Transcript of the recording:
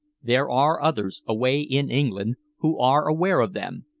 there are others, away in england, who are aware of them,